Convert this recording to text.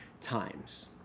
times